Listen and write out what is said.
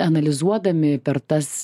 analizuodami per tas